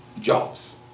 jobs